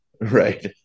Right